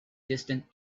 distant